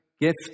gift